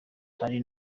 ari